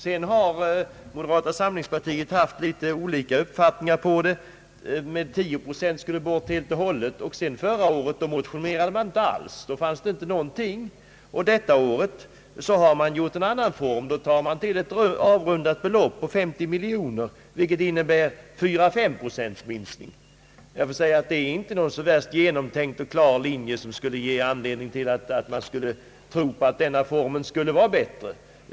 Sedan har moderata samlingspartiet haft litet olika uppfattningar härom: Vid ett tillfälle skulle 10 procent bort helt och hållet, förra året motionerade man inte alls, och i år har man tänkt sig en annan form av redovisning och talar om ett avrundat belopp av 50 miljoner kronor, vilket innebär fyra till fem procents minskning. Jag tycker inte man kan finna någon genomtänkt klar linje häri, som kan övertyga oss om att denna form av redovisning skulle vara bättre.